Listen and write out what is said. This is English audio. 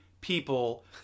people